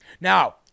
Now